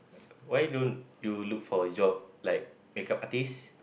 why don't you look for a job like makeup artist